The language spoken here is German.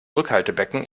rückhaltebecken